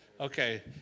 Okay